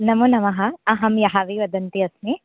नमोनमः अहं यहावि वदन्ती अस्मि